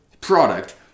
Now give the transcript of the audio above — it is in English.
product